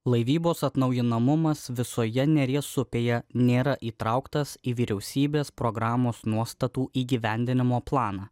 laivybos atnaujinamumas visoje neries upėje nėra įtrauktas į vyriausybės programos nuostatų įgyvendinimo planą